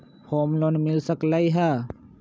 Home loan मिल सकलइ ह?